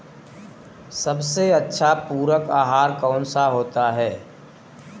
सबसे अच्छा पूरक आहार कौन सा होता है?